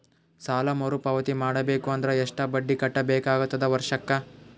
ಸಾಲಾ ಮರು ಪಾವತಿ ಮಾಡಬೇಕು ಅಂದ್ರ ಎಷ್ಟ ಬಡ್ಡಿ ಕಟ್ಟಬೇಕಾಗತದ ವರ್ಷಕ್ಕ?